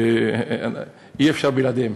אי-אפשר בלעדיהם,